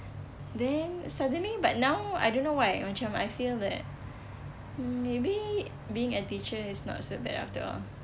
then suddenly but now I don't know why macam I feel that maybe being a teacher is not so bad after all